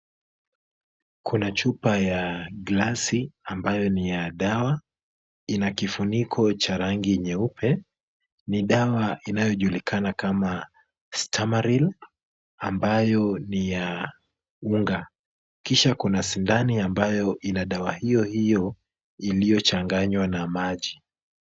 Kuna chupa ya glasi ambayo ni ya dawa. Ina kifuniko cha rangi nyeupe. Ni dawa inayojulikana kama Stamaril ambayo ni ya unga, kisha kuna sindano ambayo ina dawa hiyo hiyo iliyochanganywa na maji.